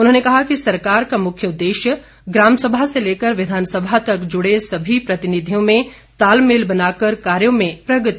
उन्होंने कहा कि सरकार का मुख्य उदेश्य ग्रामसभा से लेकर विधानसभा तक जुड़े सभी प्रतिनिधियों में तालमेल बनाकर कार्यों में प्रगति लाना है